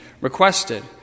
requested